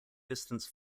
distance